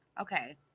Okay